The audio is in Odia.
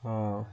ହଁ